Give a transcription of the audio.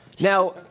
Now